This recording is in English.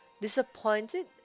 disappointed